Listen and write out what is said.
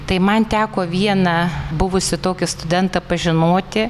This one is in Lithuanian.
tai man teko vieną buvusį tokį studentą pažinoti